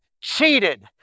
cheated